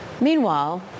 Meanwhile